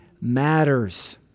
matters